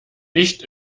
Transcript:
nicht